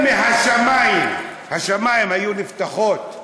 אם השמיים היו נפתחים,